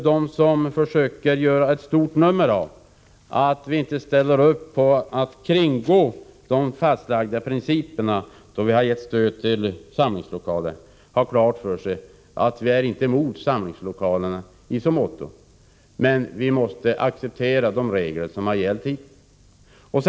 De som försöker göra ett stort nummer av att vi inte ställer upp på att kringgå de fastlagda principerna när det har gällt att ge stöd till samlingslokaler måste ha klart för sig att vi inte är emot samlingslokalerna som sådana, men man måste acceptera de regler som har gällt hittills.